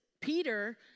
Peter